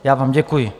Já vám děkuji.